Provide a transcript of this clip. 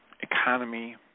economy